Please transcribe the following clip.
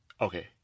Okay